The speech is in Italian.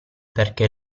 perché